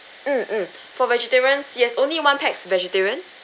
mm mm for vegetarians yes only one pax vegetarian